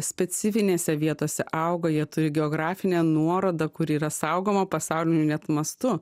specifinėse vietose auga jie turi geografinę nuorodą kuri yra saugoma pasauliniu net mastu